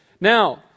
Now